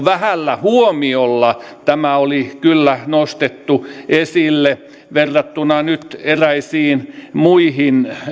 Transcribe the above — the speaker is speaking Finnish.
vähällä huomiolla tämä oli kyllä nostettu esille verrattuna eräisiin muihin